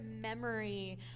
memory